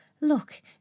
Look